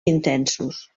intensos